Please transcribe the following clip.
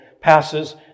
passes